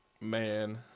man